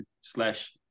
slash